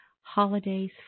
holidays